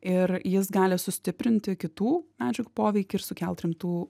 ir jis gali sustiprinti kitų medžiagų poveikį ir sukelt rimtų